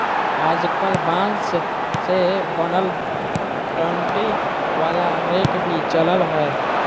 आजकल बांस से बनल डंडी वाला रेक भी चलल हय